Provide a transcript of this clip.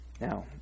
Now